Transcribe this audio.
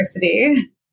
University